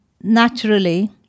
naturally